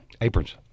Aprons